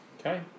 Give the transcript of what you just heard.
Okay